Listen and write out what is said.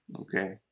Okay